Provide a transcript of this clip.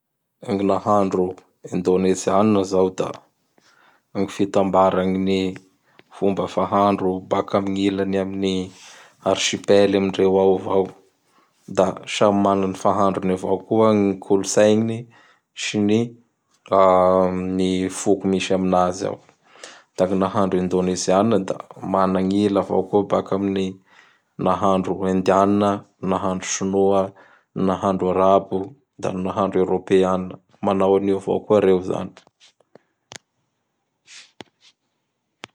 Gn ny nahandro Indonezianina zao da gn fitambaragn'ny fomba fahandro baka am ilany amin'ny Arsipely amindreo ao avao. Da samy mana n fahandrony avao kOA gn kolotsainy sy ny ah ny foko misy aminazy ao. Da gn ny nahandro Indonezianina da managn'ila avao koa baka amin'ny nahando Indianina, n nahandro Sinoa, n nahandro Arabo, da ny nahandro Eropeanna. Manao anio avao koa reo zany.